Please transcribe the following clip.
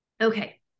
Okay